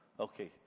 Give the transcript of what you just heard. Okay